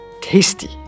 tasty